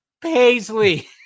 Paisley